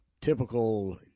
typical